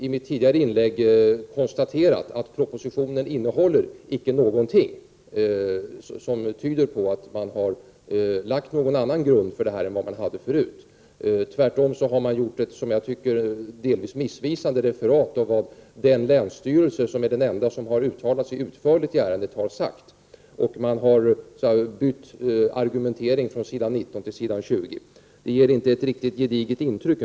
I mitt tidigare inlägg har jag konstaterat att propositionen inte innehåller något som tyder på att det har lagts någon annan grund än vad som fanns förut. Tvärtom har det framförts ett vad jag tycker delvis missvisande referat av vad den länsstyrelse som är den enda som har uttalat sig utförligt i ärendet har sagt. Argumenteringen har ändrats från s. 19 till s. 20. Det ger inte ett riktigt gediget intryck.